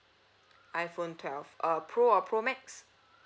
iphone twelve uh pro or pro max